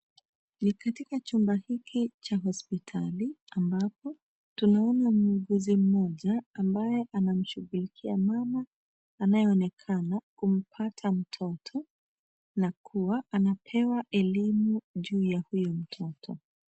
Ni katika chumba hiki cha hospitali ambapo tunaona muuguzi mmoja ambaye anamshughulikia mama anayeonekana kumpata mtoto na kuwa anapewa elimu juu ya huyu mtoto.